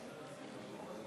שיר.